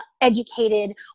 educated